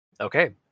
Okay